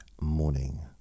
morning